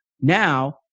now